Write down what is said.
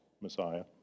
messiah